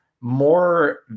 more